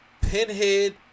Pinhead